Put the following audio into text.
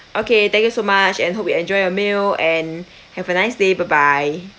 okay thank you so much and hope you enjoy your meal and have a nice day bye bye